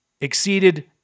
exceeded